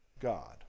God